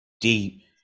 deep